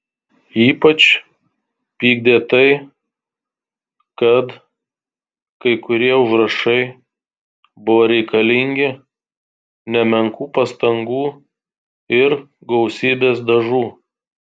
ypač pykdė tai kad kai kurie užrašai buvo reikalingi nemenkų pastangų ir gausybės dažų